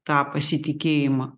tą pasitikėjimą